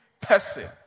person